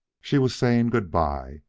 she was saying good-by,